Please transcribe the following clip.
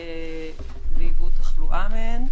לייבוא תחלואה מהן,